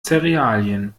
zerealien